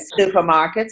supermarkets